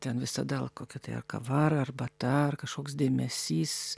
ten visada kokia tai ar kava ar arbata ar kažkoks dėmesys